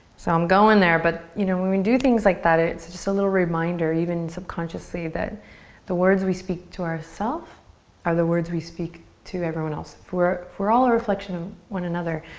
so um going there but you know when we do things like that it's just a little reminder, even subconsciously, that the words we speak to ourself are the words we speak to everyone else. we're we're all a reflection of one another.